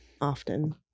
often